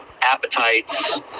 appetites